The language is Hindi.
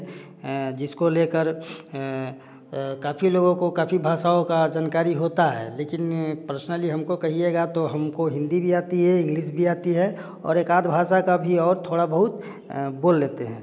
जिसको लेकर काफ़ी लोगों को काफ़ी भाषाओं का जानकारी होता है लेकिन पर्सनली हमको कहिएगा तो हमको हिंदी भी आती है इंग्लिश भी आती है और एक आदि भाषा का भी औ थोड़ा बहुत बोल लेते हैं